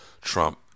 Trump